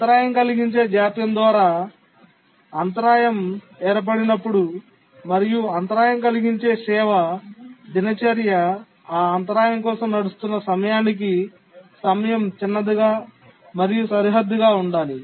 అంతరాయం కలిగించే జాప్యం ద్వారా అంతరాయం ఏర్పడినప్పుడు మరియు అంతరాయం కలిగించే సేవ దినచర్య ఆ అంతరాయం కోసం నడుస్తున్న సమయానికి సమయం చిన్నదిగా మరియు సరిహద్దుగా ఉండాలి